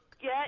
get